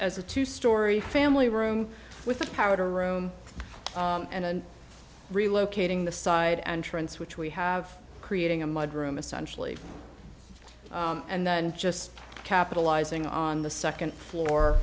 as a two story family room with a powder room and relocating the side entrance which we have creating a mud room essentially and then just capitalizing on the second floor